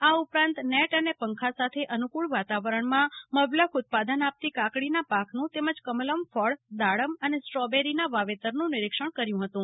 આ ઉપરાંત ત્રીજા ફાર્મમાં નેટ અને પંખા સાથે અનુફળ વાતાવરણમાં મબલખઉત્પાદન આપતી કાકડીના પાકનુ તેમજ કમલમ ફળ દાડમ અને સ્ટ્રોબેરીના વાવેતરનુંનિરીક્ષણ કર્યું હતું